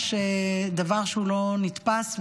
דבר שהוא לא נתפס,